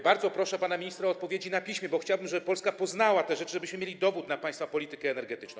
Bardzo proszę pana ministra o odpowiedzi na piśmie, bo chciałbym, żeby Polska poznała te odpowiedzi, żebyśmy mieli dowód na państwa politykę energetyczną.